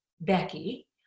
Becky